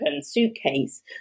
suitcase